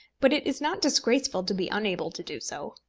but it is not disgraceful to be unable to do so.